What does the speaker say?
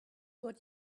what